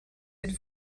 êtes